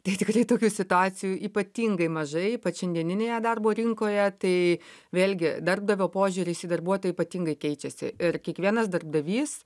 tai tikrai tokių situacijų ypatingai mažai ypač šiandieninėje darbo rinkoje tai vėlgi darbdavio požiūris į darbuotoją ypatingai keičiasi ir kiekvienas darbdavys